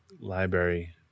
library